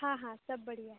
हाँ हाँ सब बढ़िया है